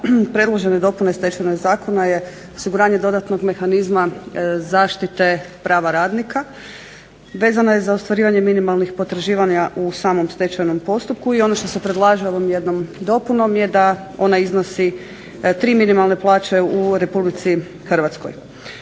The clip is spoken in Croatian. predložene dopune Stečajnog zakona je osiguranje dodatnog mehanizma zaštite prava radnika. Vezana je za ostvarivanje minimalnih potraživanja u samom stečajnom postupku. I ono što se predlaže ovom jednom dopunom je da ona iznosi 3 minimalne plaće u Republici Hrvatskoj.